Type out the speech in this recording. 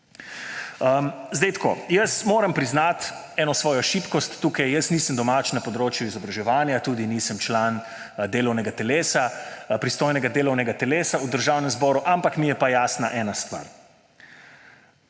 Zdaj tako. Moram priznati eno svojo šibkost tukaj: nisem domač na področju izobraževanja, tudi nisem član delovnega telesa, pristojnega delovnega telesa v Državnem zboru, ampak mi je pa jasna ena stvar;